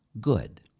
good